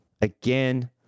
Again